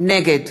נגד